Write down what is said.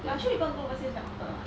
but three people go overseas very awkward [what]